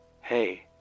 Hey